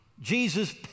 Jesus